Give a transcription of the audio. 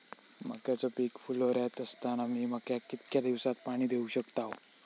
मक्याचो पीक फुलोऱ्यात असताना मी मक्याक कितक्या दिवसात पाणी देऊक शकताव?